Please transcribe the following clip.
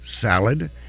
salad